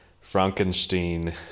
Frankenstein